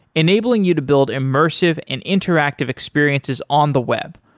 enabling you to build immersive and interactive experiences on the web,